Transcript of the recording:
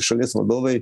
šalies vadovai